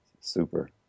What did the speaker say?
Super